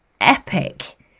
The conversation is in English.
epic